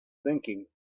thinking